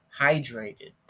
hydrated